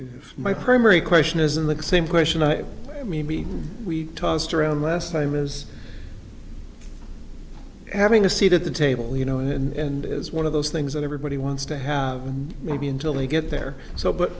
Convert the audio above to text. my primary question isn't the same question i mean we we tossed around last time i was having a seat at the table you know and it is one of those things that everybody wants to have maybe until they get there so but